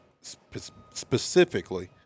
specifically